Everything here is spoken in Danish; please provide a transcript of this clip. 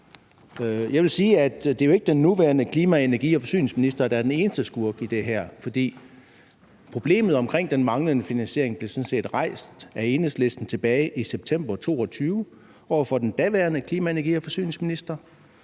Jeg vil sige, at det jo ikke er den nuværende klima-, energi- og forsyningsminister, der er den eneste skurk i det her, for problemet omkring den manglende finansiering blev sådan set rejst af Enhedslisten tilbage i september 2022 over for den daværende klima-, energi- og forsyningsminister,